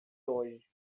hoje